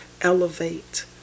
elevate